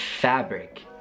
fabric